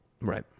Right